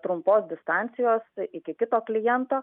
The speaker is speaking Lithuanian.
trumpos distancijos iki kito kliento